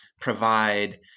provide